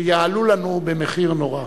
שיעלו לנו במחיר נורא.